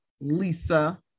Lisa